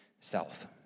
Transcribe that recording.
self